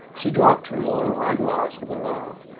she dropped her long eye-glass with a laugh.